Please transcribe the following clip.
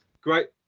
Great